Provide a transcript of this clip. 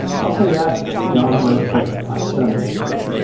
i'll say that for him, john's no threatener like some men folk.